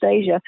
Asia